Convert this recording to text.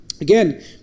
again